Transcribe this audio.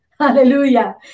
Hallelujah